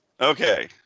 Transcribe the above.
Okay